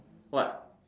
what